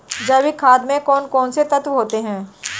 जैविक खाद में कौन कौन से तत्व होते हैं?